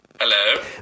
Hello